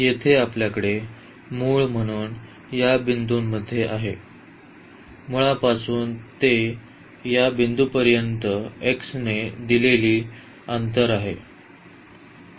येथे आपल्याकडे मूळ म्हणून या बिंदूमध्ये आहे मूळपासून ते या बिंदूपर्यंत x ने दिलेली अंतर आहे